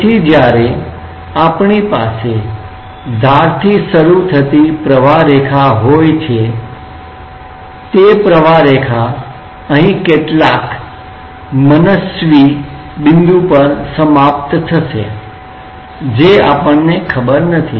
તેથી જ્યારે આપણી પાસે ધાર થી શરૂ થતી પ્રવાહરેખા સ્ટ્રીમલાઇન streamline હોય છે તે પ્રવાહરેખા અહીં કેટલાક મનસ્વી નિયમહીન બિંદુ પર સમાપ્ત થશે જે આપણને ખબર નથી